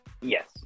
Yes